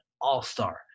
all-star